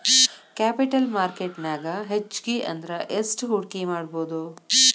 Capital market ನ್ಯಾಗ್ ಹೆಚ್ಗಿ ಅಂದ್ರ ಯೆಸ್ಟ್ ಹೂಡ್ಕಿಮಾಡ್ಬೊದು?